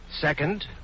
Second